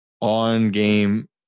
On-game